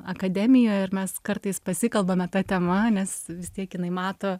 akademijoj ir mes kartais pasikalbame ta tema nes vis tiek jinai mato